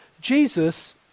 Jesus